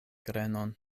grenon